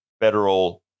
federal